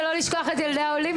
ולא לשכוח את ילדי העולים.